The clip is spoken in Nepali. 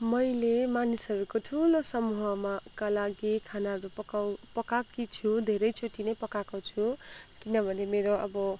मैले मानिसहरूको ठुलो समूहमाका लागि खानाहरू पकाउ पकाएकी छु धेरैचोटि नै पकाएको छु किनभने मेरो अब